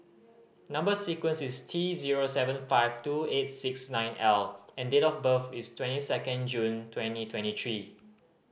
number sequence is T zero seven five two eight six nine L and date of birth is twenty second June twenty twenty three